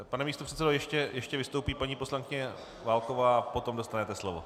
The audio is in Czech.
Pane místopředsedo, ještě vystoupí paní poslankyně Válková a potom dostanete slovo.